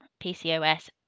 PCOS